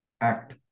act